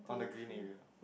on the green area